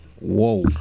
Whoa